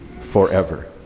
forever